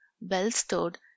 well-stored